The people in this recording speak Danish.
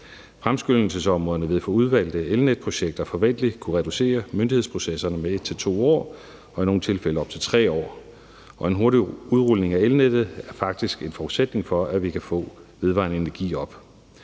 Fremskyndelsesområderne vil for udvalgte elnetprojekter forventelig kunne reducere myndighedsprocesserne med 1-2 år og i nogle tilfælde op til 3 år, og en hurtig udrulning af elnettet er faktisk en forudsætning for, at vi kan få sat anlæg til vedvarende energi op.